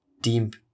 Deep